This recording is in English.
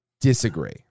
disagree